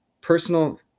personal